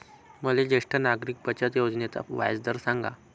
मले ज्येष्ठ नागरिक बचत योजनेचा व्याजदर सांगा